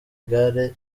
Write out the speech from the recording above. igare